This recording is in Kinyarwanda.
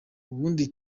ubundi